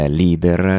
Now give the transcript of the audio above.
leader